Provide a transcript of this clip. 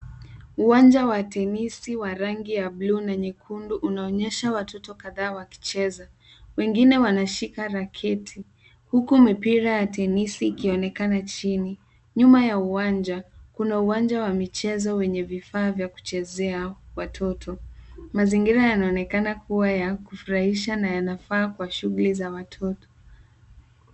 Uwanja wa tenisi wa rangi ya buluu na nyekundu unaonyesha watoto kadhaa wakicheza. Wengine wanashika raketi huku mipira ya tesnisi ikionekana chini. Nyuma ya uwanja kuna uwanja wa michezo wenye vifaa vya kuchezea watoto. Mazingira yanaonekana kuwa ya kufurahisha na yanafaa kwa shuguli za watoto.